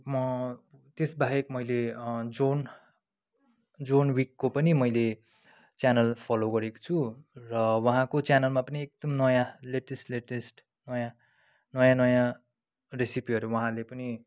म त्यसबाहेक मैले जोन जोन विकको पनि मैले च्यानल फलो गरेको छु र उहाँको च्यानलमा पनि एकदम नयाँ लेटेस्ट लेटेस्ट नयाँ नयाँ नयाँ रेसिपीहरू उहाँले पनि